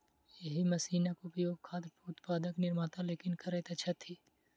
एहि मशीनक उपयोग खाद्य उत्पादक निर्माता लोकनि करैत छथि